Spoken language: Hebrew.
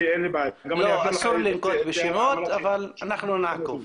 לא, אסור לנקוט בשמות, אבל אנחנו נעקוב.